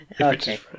Okay